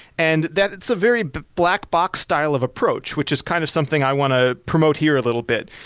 and that's a very big black box style of approach which is kind of something i want to promote here a little bit.